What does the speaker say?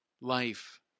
life